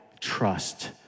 trust